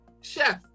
Chef